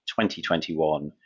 2021